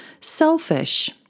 selfish